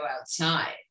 outside